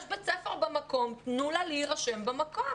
יש בית ספר במקום, תנו לה להירשם למקום.